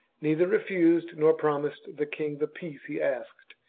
neither refused nor promised the king the peace he asked,